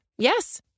Yes